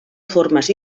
formes